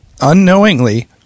unknowingly